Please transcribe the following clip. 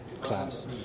class